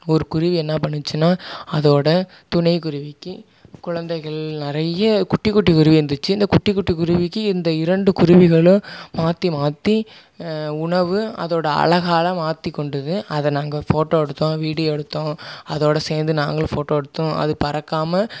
ஒரு குருவி என்னா பண்ணுச்சுன்னா அதோட துணைக்குருவிக்கு குழந்தைகள் நிறையா குட்டி குட்டி குருவி இருந்துச்சு இந்த குட்டி குட்டி குருவிக்கு இந்த இரண்டு குருவிகளும் மாற்றி மாற்றி உணவு அதோட அலகால் மாற்றிக்கொண்டது அதை நாங்கள் ஃபோட்டோ எடுத்தோம் வீடியோ எடுத்தோம் அதோட சேர்ந்து நாங்களும் ஃபோட்டோ எடுத்தோம் அது பறக்காமல்